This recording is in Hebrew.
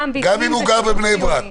גם אם הוא גר בבני ברק.